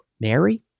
Mary